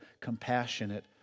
compassionate